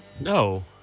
No